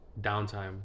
downtime